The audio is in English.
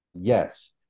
yes